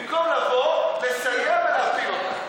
במקום לבוא, לסייע ולהפיל אותה.